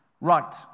Right